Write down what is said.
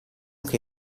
che